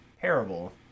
parable